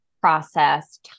process